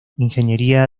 ingeniería